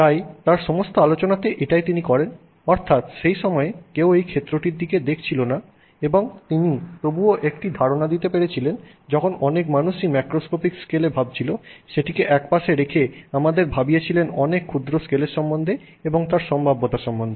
তাই তার সমস্ত আলোচনাতে এটাই তিনি করেন অর্থাৎ সেই সময়ে কেউ এই ক্ষেত্রটির দিকে দেখছিল না এবং তিনি তবুও একটি ধারণা দিতে পেরেছিলেন যখন অনেক মানুষই ম্যাক্রোস্কোপিক স্কেলে ভাবছিল সেটিকে একপাশে রেখে আমাদেরকে ভাবিয়েছিলেন অনেক ক্ষুদ্র স্কেলের সম্বন্ধে এবং তার সম্ভাব্যতা সম্বন্ধে